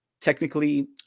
technically